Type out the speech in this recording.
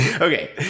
okay